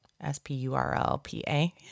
S-P-U-R-L-P-A